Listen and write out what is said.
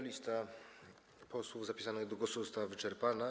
Lista posłów zapisanych do głosu została wyczerpana.